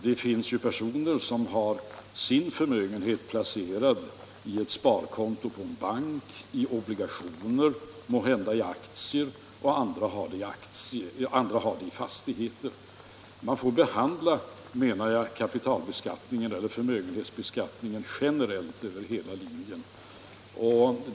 Det finns ju personer som har sin förmögenhet placerad i ett sparkonto på en bank, i obligationer eller måhända i aktier, medan andra har den i fastigheter. Kapitalbeskattningen eller förmögenhetsbeskattningen måste, menar jag, behandlas generellt över hela linjen.